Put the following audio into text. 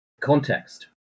Context